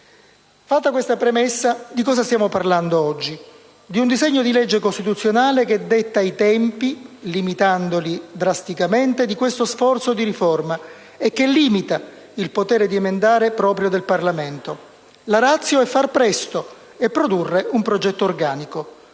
Fatta questa premessa, di cosa stiamo parlando oggi? Di un disegno di legge costituzionale che detta i tempi, limitandoli drasticamente, di questo sforzo di riforma e che limita il potere di emendare proprio del Parlamento. La *ratio* è far presto e produrre un progetto organico,